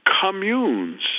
communes